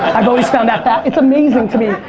i've always found that, that it's amazing to me,